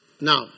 Now